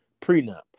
prenup